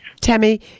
Tammy